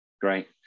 Great